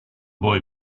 boy